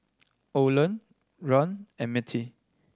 Orland Rand and Mettie